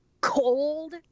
cold